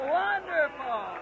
wonderful